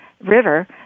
river